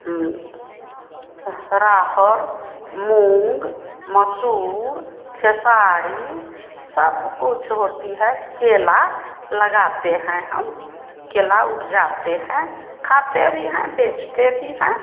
अरहर मूंग मसूर खेसारी सब कुछ होती है केला लगाते हैं हम केला उपजाते हैं खाते भी हैं बेचते भी हैं